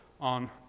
on